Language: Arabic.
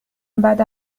بعد